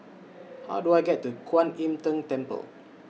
How Do I get to Kuan Im Tng Temple